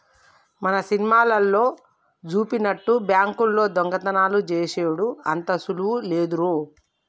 మన సినిమాలల్లో జూపినట్టు బాంకుల్లో దొంగతనాలు జేసెడు అంత సులువు లేదురో